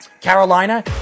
Carolina